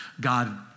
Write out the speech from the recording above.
God